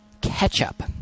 ketchup